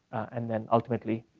and then ultimately